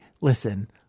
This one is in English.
listen